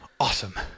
awesome